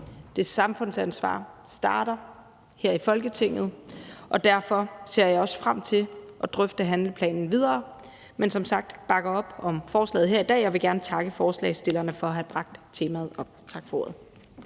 Det samfundsansvar starter her i Folketinget, og derfor ser jeg også frem til at drøfte handleplanen videre. Men som sagt bakker vi op om forslaget her i dag, og jeg vil gerne takke forslagsstillerne for at have bragt temaet op. Tak for ordet.